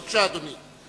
בבקשה, אדוני.